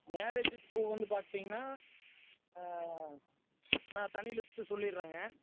மேரேஜுக்கு பூ வந்து பார்த்தீங்கன்னா ஆ நான் தனி லிஸ்ட்டு சொல்லிடறங்க